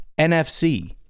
NFC